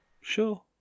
Sure